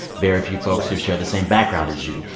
very few folks who share the same background as you.